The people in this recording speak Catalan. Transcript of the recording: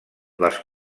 les